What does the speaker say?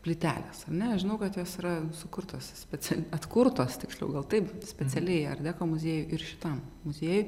plytelės ane žinau kad jos yra sukurtos specia atkurtos tiksliau gal taip specialiai art deko muziejui ir šitam muziejui